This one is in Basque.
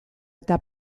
eta